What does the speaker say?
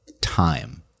time